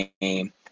game